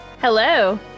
Hello